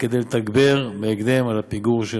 כדי להתגבר בהקדם על הפיגור שנוצר.